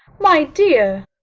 my dear!